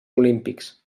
olímpics